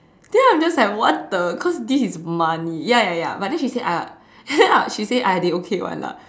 then I'm just like what the cause this is money ya ya ya but then she say !aiya! end up she say !aiya! they okay [one] lah